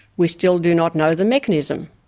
we still do not know the mechanism,